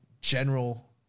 general